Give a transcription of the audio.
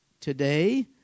today